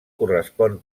correspon